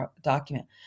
document